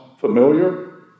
familiar